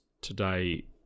today